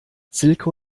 silke